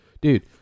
dude